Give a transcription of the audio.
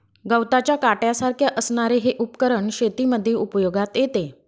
गवताच्या काट्यासारख्या असणारे हे उपकरण शेतीमध्ये उपयोगात येते